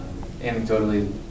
anecdotally